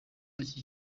agira